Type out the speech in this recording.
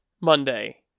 Monday